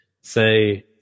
say